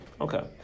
Okay